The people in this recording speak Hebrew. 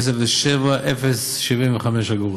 ו-160,070.75.